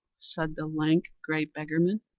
said the lank, grey beggarman.